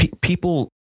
people